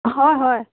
হয় হয়